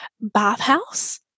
bathhouse